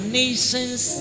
nations